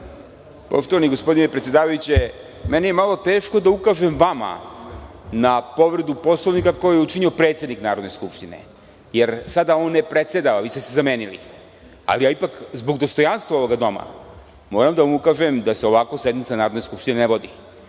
Poštovani gospodine predsedavajući, malo mi je teško da vama ukažem na povredu Poslovnika koju je učinio predsednik Narodne skupštine, jer on sada ne predsedava, zamenili ste se. Ipak zbog dostojanstva ovog doma moram da vam ukažem da se ovako sednica Narodne skupštine ne vodi.